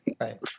Right